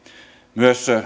myös